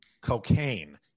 cocaine